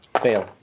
fail